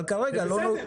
זה בסדר,